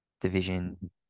division